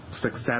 success